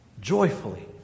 joyfully